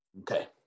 Okay